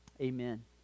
Amen